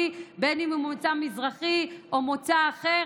בין אם הוא ממוצא מזרחי או ממוצא אחר,